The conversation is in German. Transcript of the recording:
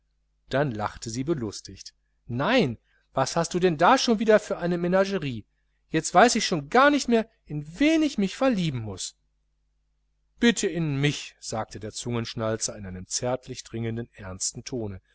dann lachte sie belustigt nein was hast du denn da wieder für eine menagerie jetzt weiß ich schon gar nicht mehr in wen ich mich verlieben muß bitte in mich sagte der zungenschnalzer in einem zärtlich dringenden ernsten tone